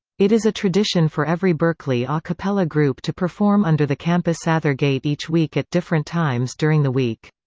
it is a tradition for every berkeley a ah cappella group to perform under the campus' sather gate each week at different times during the week.